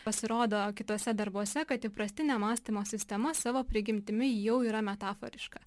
pasirodo kituose darbuose kad įprastinė mąstymo sistema savo prigimtimi jau yra metaforiška